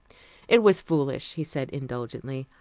it was foolish, he said indulgently,